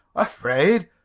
afraid?